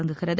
தொடங்குகிறது